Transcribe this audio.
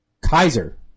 Kaiser